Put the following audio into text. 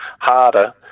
harder